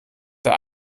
der